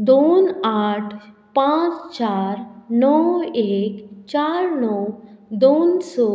दोन आठ पांच चार णव एक चार णव दोन स